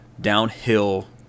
downhill